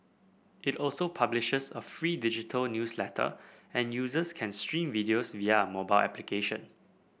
it also publishes a free digital newsletter and users can stream videos via a mobile application